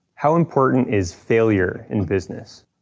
how important is failure in business?